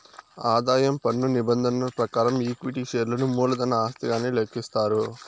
ఆదాయం పన్ను నిబంధనల ప్రకారం ఈక్విటీ షేర్లను మూలధన ఆస్తిగానే లెక్కిస్తారు